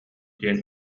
диэн